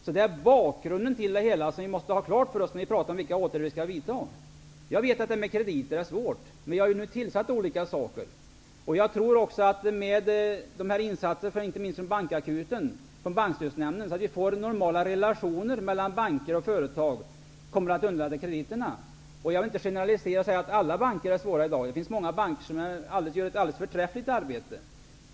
Detta är bakgrunden som vi måste ha klar för oss när vi talar om vilka åtgärder som måste vidtas. Jag vet att detta med krediter är svårt, men vi har nu vidtagit olika åtgärder. Jag tror också att inte minst insatserna från Bankstödsnämnden kommer att underlätta krediterna när vi får normala relationer mellan banker och företag. Jag vill inte generalisera och säga att alla banker har svåra problem i dag. Det finns många banker som gör ett alldeles förträffligt arbete.